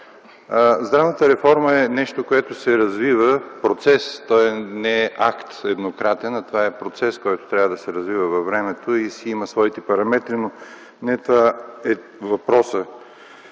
Здравната реформа е нещо, което се развива, не е еднократен акт. Това е процес, който трябва да се развива във времето и си има своите параметри. Но не това е въпросът,